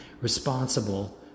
responsible